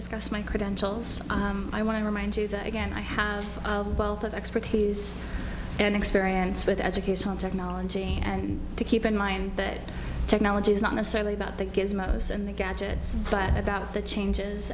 discuss my credentials i want to remind you that again i have both of expertise and experience with educational technology and to keep in mind that technology is not necessarily about that gives most in the gadgets but about the changes